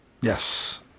Yes